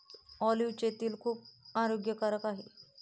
ऑलिव्हचे तेल खूप आरोग्यकारक आहे